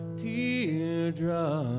teardrop